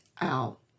out